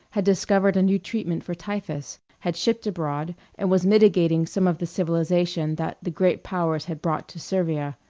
had discovered a new treatment for typhus, had shipped abroad and was mitigating some of the civilization that the great powers had brought to servia